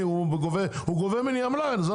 הוא גובה ממני עמלה על זה,